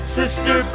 sister